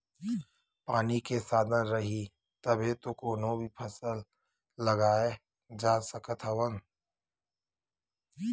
पानी के साधन रइही तभे तो कोनो भी फसल लगाए जा सकत हवन